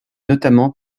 notamment